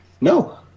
No